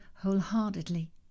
wholeheartedly